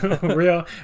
real